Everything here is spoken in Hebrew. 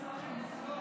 אדוני סגן השר,